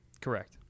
correct